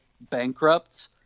bankrupt